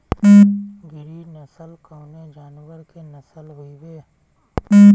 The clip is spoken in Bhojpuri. गिरी नश्ल कवने जानवर के नस्ल हयुवे?